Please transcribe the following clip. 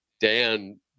Dan